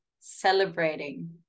celebrating